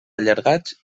allargats